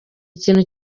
ikintu